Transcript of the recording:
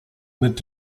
mit